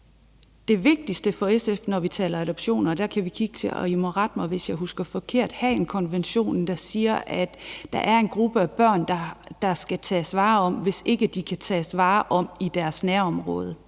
Det vigtigste for SF, når vi taler om adoptioner, er det, som – og I må rette mig, hvis jeg husker forkert – der står i Haagkonventionen, om, at der er en gruppe børn, der skal tages vare om, hvis ikke de kan tage vare om i deres nærområde.